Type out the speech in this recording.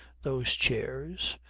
those chairs,